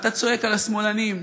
ואתה צועק על השמאלנים,